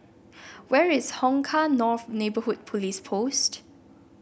where is Hong Kah North Neighbourhood Police Post